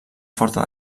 forta